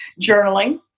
Journaling